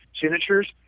signatures